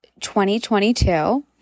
2022